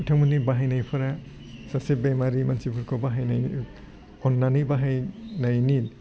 बिथांमोननि बाहायनायफोरा सासे बेमारि मानसिफोरखौ बाहायनाय अन्नानै बाहायनायनि